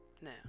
Now